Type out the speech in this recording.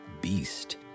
beast